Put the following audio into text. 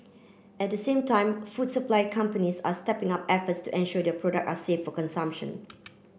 at the same time food supply companies are stepping up efforts to ensure their product are safe for consumption